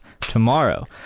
tomorrow